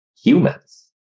humans